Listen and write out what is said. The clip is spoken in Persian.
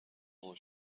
مامان